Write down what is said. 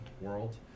world